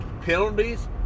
penalties